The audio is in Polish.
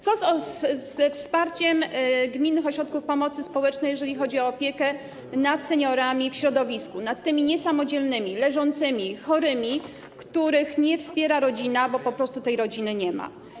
Co ze wsparciem gminnych ośrodków pomocy społecznej, jeżeli chodzi o opiekę nad seniorami w środowisku, tymi niesamodzielnymi, leżącymi chorymi, których nie wspiera rodzina, bo po prostu rodziny nie ma?